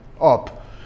up